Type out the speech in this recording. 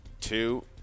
two